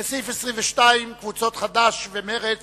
סעיף 22, קבוצת חד"ש ומרצ